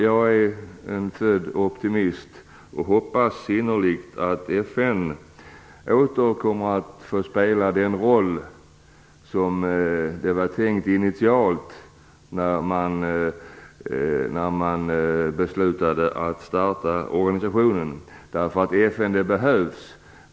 Jag är en född optimist och hoppas innerligt att FN åter kommer att få spela den roll som det initialt var tänkt när man beslutade att bilda organisationen. FN behövs.